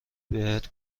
بهت